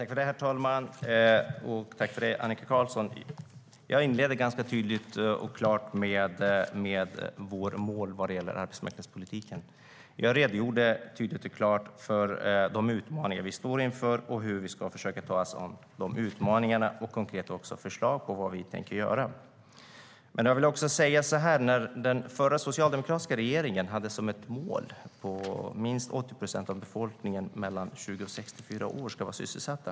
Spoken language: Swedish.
Herr talman! Jag tackar Annika Qarlsson för frågan. Jag inledde ganska tydligt och klart med vårt mål vad gäller arbetsmarknadspolitiken. Jag redogjorde tydligt och klart för de utmaningar vi står inför och hur vi ska försöka ta oss an dessa. Jag talade också om konkreta förslag på vad vi tänker göra. Den förra socialdemokratiska regeringen hade som ett mål att minst 80 procent av befolkningen mellan 20 och 64 år ska vara sysselsatta.